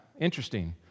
Interesting